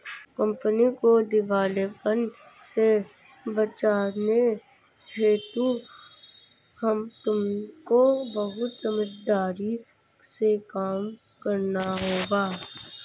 company को दिवालेपन से बचाने हेतु तुमको बहुत समझदारी से काम करना होगा